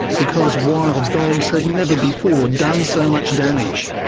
because wild dogs have never before done so much damage.